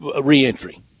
reentry